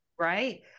right